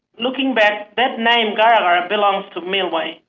looking back, that name, karawa, belongs to milwayi,